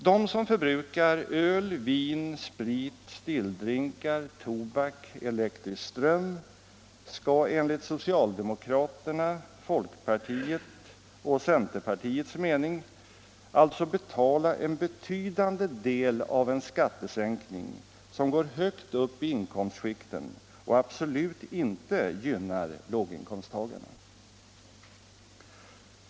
De som förbrukar öl, vin, sprit, stilldrinkar, tobak, elektrisk ström skall enligt socialdemokraternas, folkpartiets och centerpartiets mening betala en betydande del av en skattesänkning som går högt upp i inkomstskikten och absolut inte gynnar låginkomsttagarna.